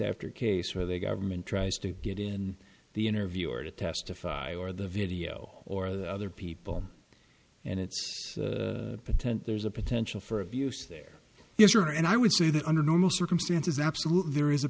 after case where they government tries to get in the interview or to testify or the video or the other people and it's potential there's a potential for abuse there is your and i would say that under normal circumstances absolutely there is a